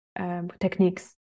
techniques